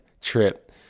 trip